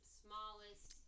smallest